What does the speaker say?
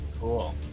Cool